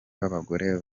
b’abagore